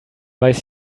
weiß